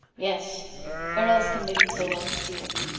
yes where else can they be so well concealed?